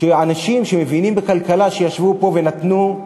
שאנשים שמבינים בכלכלה ישבו פה ונתנו,